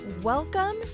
Welcome